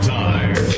time